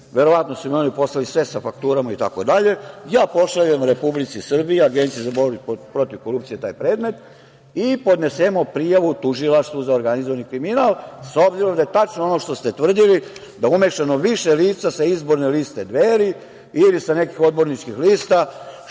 verovatno su mi oni poslali sve sa fakturama, itd. Ja pošaljem Republici Srbiji, Agenciji za borbu protiv korupcije taj predmet i podnesemo prijavu Tužilaštvu za organizovani kriminal, s obzirom da je tačno ono što ste tvrdili da je umešano više lica sa izborne liste Dveri ili sa nekih odborničkih lista,